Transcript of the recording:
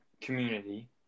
Community